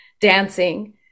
dancing